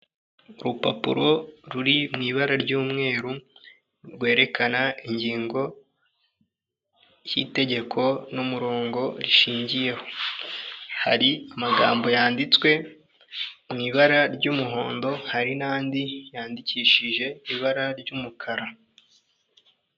Urupapuro ruri mu ibara ry'umweru rwerekana ingingo y'itegeko n'umurongo rishingiyeho, hari amagambo yanditswe mu ibara ry'umuhondo, hari n'andi yandikishije ibara ry'umukara.